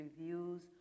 reviews